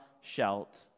shalt